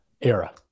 era